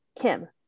Kim